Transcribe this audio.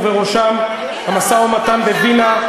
ובראשם המשא-ומתן בווינה,